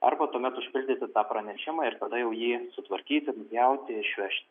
arba tuomet užpildyti tą pranešimą ir tada jau jį sutvarkyti nupjauti išvežti